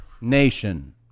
Nation